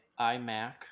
IMAC